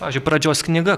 pavyzdžiui pradžios knyga